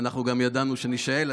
ואנחנו גם ידענו שנישאל,